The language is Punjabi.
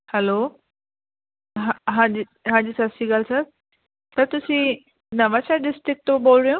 ਹੈਲੋ ਹਾਂ ਹਾਂਜੀ ਹਾਂਜੀ ਸਤਿ ਸ਼੍ਰੀ ਅਕਾਲ ਸਰ ਸਰ ਤੁਸੀਂ ਨਵਾਂ ਸ਼ਹਿਰ ਡਿਸਟਿਕ ਤੋਂ ਬੋਲ ਰਹੇ ਹੋ